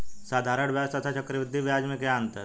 साधारण ब्याज तथा चक्रवर्धी ब्याज में क्या अंतर है?